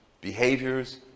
behaviors